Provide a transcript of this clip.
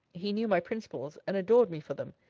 he knew my principles, and adored me for them.